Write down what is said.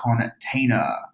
container